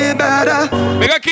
better